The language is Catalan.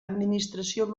administració